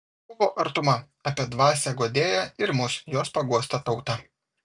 kovo artuma apie dvasią guodėją ir mus jos paguostą tautą